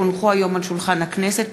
כי הונחו היום על שולחן הכנסת,